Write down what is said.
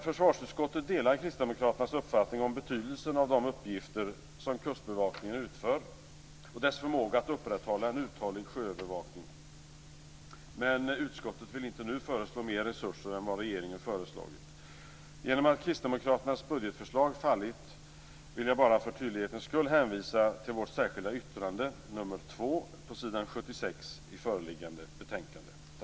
Försvarsutskottet delar Kristdemokraternas uppfattning om betydelsen av de uppgifter som Kustbevakningen utför och dess förmåga att upprätthålla en uthållig sjöövervakning, men utskottet vill inte nu föreslå mer resurser än vad regeringen föreslagit. Eftersom Kristdemokraternas budgetförslag fallit vill jag bara för tydlighetens skull hänvisa till vårt särskilda yttrande nr 2 på s. 76 i förevarande betänkande.